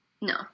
No